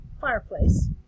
fireplace